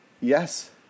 Yes